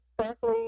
sparkly